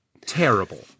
Terrible